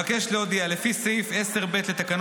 קובע כי הצעת חוק הספורט (תיקון